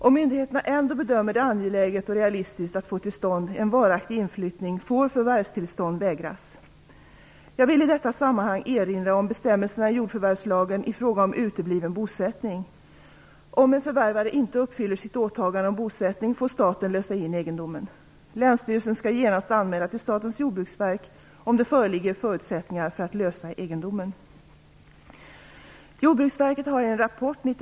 Om myndigheterna ändå bedömer det angeläget och realistiskt att få till stånd en varaktig inflyttning får förvärvstillstånd vägras. Jag vill i detta sammanhang erinra om bestämmelserna i jordförvärvslagen i fråga om utebliven bosättning. Om en förvärvare inte uppfyller sitt åtagande om bosättning får staten lösa in egendomen. Länsstyrelsen skall genast anmäla till Statens jordbruksverk om det föreligger förutsättningar för att lösa egendomen.